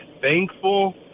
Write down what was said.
thankful